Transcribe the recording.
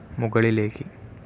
മുകളിലേക്ക്